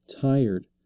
tired